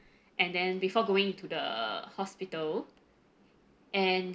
and then before going to the hospital and